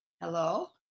hello